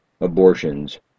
abortions